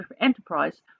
enterprise